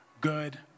good